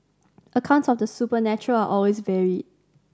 accounts of the supernatural always varied